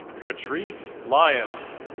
catrice lyons